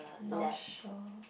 North Shore